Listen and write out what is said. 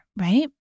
right